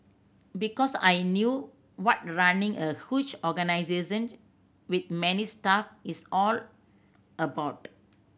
because I knew what running a huge organisation with many staff is all about